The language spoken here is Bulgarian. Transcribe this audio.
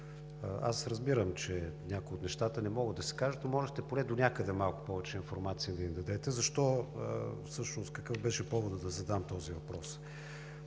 Аз разбирам, че някои от нещата не могат да се кажат, но можехте поне донякъде малко повече информация да ни дадете. Какъв беше поводът всъщност да задам този въпрос?